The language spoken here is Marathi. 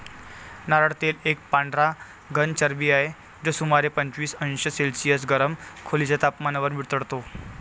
नारळ तेल एक पांढरा घन चरबी आहे, जो सुमारे पंचवीस अंश सेल्सिअस गरम खोलीच्या तपमानावर वितळतो